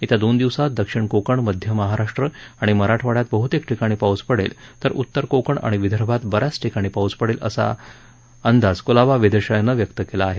येत्या दोन दिवसात दक्षिण कोकण मध्य महाराष्ट्र आणि मराठवाडयात बहतेक ठिकाणी पाऊस पडेल तर उत्तर कोकण आणि विदर्भात बऱ्याच ठिकाणी पाऊस पडेल असा अंदाज कुलाबा वेधशाळेनं केला आहे